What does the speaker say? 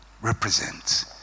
represents